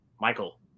michael